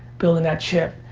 building that chip,